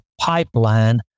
pipeline